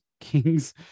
Kings